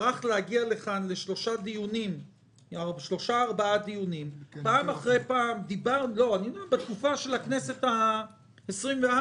שטרח להגיע לכאן לשלושה ארבעה דיונים בתקופת הכנסת העשרים-וארבע,